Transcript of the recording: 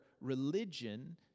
religion